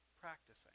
practicing